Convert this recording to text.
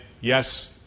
yes